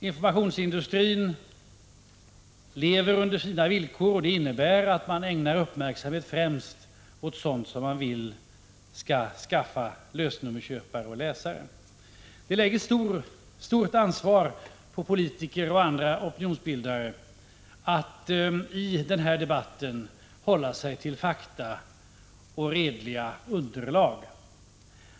Informationsindustrin lever under sina villkor. Det innebär att man ägnar uppmärksamhet främst åt sådant som man vill skall skaffa lösnummerköpare och läsare. Det lägger stort ansvar på politiker och andra opinionsbildare att i denna debatt hålla sig till fakta och redliga underlag.